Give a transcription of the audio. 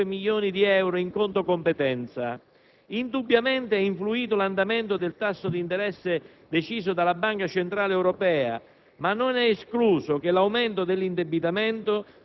aumentano per un miliardo e 365 milioni di euro in conto competenza. Indubbiamente, l'andamento del tasso di interesse deciso dalla Banca Centrale Europea